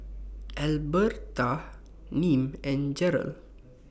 Albertha Nim and Jerrell